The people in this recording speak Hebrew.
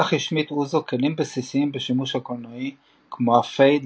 כך השמיט אוזו כלים בסיסיים בשימוש הקולנועי כמו ה"פייד"